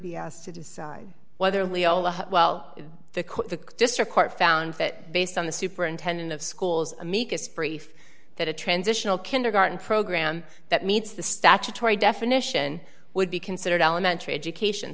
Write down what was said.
to decide whether leo well the court the district court found that based on the superintendent of schools amicus brief that a transitional kindergarten program that meets the statutory definition would be considered elementary education